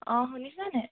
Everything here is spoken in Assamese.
অঁ শুনিছানে